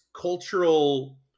cultural